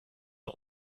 are